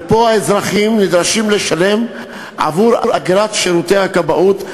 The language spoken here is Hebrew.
ופה האזרחים נדרשים לשלם עבור אגרת שירותי כבאות,